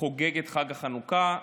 חוגג את חג החנוכה.